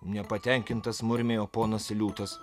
nepatenkintas murmėjo ponas liūtas